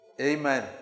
Amen